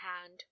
hand